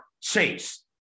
Chase